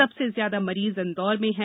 सबसे ज्यादा मरीज इन्दौर में है